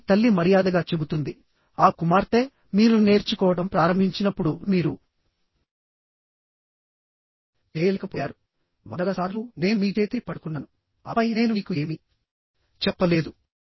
ఆపై తల్లి మర్యాదగా చెబుతుంది ఆ కుమార్తె మీరు నేర్చుకోవడం ప్రారంభించినప్పుడు మీరు చేయలేకపోయారువందల సార్లు నేను మీ చేతిని పట్టుకున్నాను ఆపై నేను మీకు ఏమీ చెప్పలేదు